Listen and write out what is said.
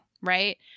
right